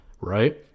right